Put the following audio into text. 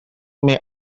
may